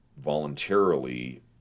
voluntarily